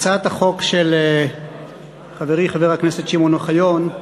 הצעת החוק של חברי חבר הכנסת שמעון אוחיון,